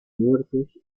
muertos